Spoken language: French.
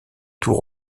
tour